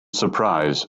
surprise